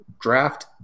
draft